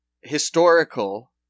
historical